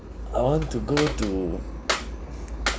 I want to go to